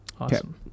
Awesome